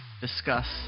discuss